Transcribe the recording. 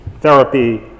therapy